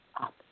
up